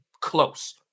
close